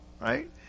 right